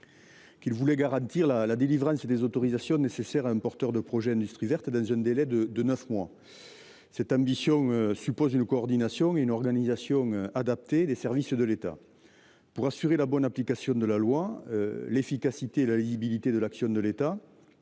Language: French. Qu'il voulait garantir la la délivrance des autorisations nécessaires à un porteur de projet industrie verte dans un délai de 9 mois. Cette ambition suppose une coordination et une organisation adaptée des services de l'État. Pour assurer la bonne application de la loi, l'efficacité et la lisibilité de l'action de l'État.